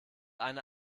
eine